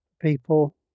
people